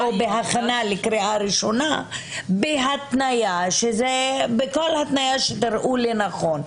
בהכנה לקריאה הראשונה בכל התניה שתראו לנכון,